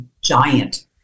giant